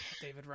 David